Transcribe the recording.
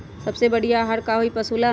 सबसे बढ़िया आहार का होई पशु ला?